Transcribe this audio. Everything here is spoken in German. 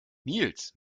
nils